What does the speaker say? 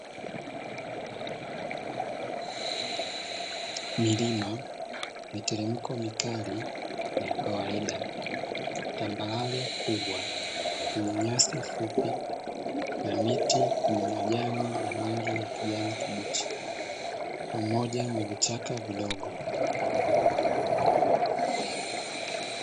Milima, miteremko mikali na ya kawaida, tambarare kubwa yenye nyasi fupi na miti yenye majani ya rangi ya kijani kibichi, pamoja na vichaka vidogo.